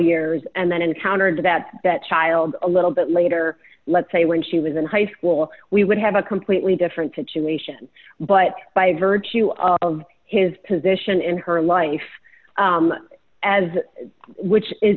years and then encountered that that child a little bit later let's say when she was in high school we would have a completely different situation but by virtue of his position in her life as which is